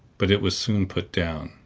but it was soon put down,